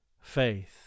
faith